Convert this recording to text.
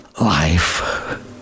life